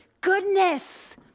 goodness